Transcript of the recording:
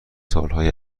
سالهای